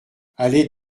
allée